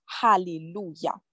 Hallelujah